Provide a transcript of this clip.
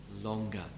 longer